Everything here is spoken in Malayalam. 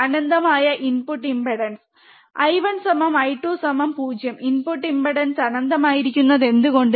അനന്തമായ input impedance I1 I2 0 input impedance അനന്തമായിരിക്കുന്നത് എന്തുകൊണ്ട്